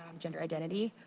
um gender identity,